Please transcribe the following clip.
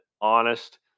honest